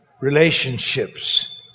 relationships